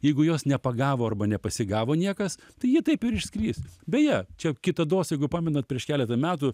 jeigu jos nepagavo arba nepasigavo niekas tai jie taip ir išskris beje čia kitados jeigu pamenat prieš keletą metų